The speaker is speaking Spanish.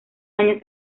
años